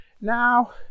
Now